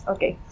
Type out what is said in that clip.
Okay